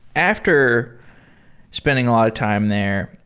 after spending a lot of time there,